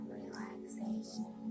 relaxation